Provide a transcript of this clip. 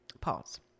pause